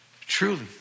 truly